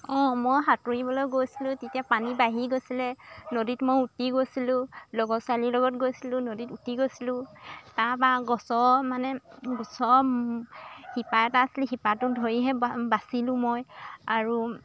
অঁ মই সাঁতুৰিবলৈ গৈছিলোঁ তেতিয়া পানী বাঢ়ি গৈছিলে নদীত মই উটি গৈছিলোঁ লগৰ ছোৱালীৰ লগত গৈছিলোঁ নদীত উটি গৈছিলোঁ তাৰপৰা গছৰ মানে গছৰ শিপা এটা আছিলে শিপাটো ধৰিহে বাচিলোঁ মই আৰু